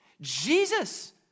Jesus